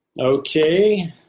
Okay